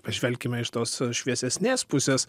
pažvelkime iš tos šviesesnės pusės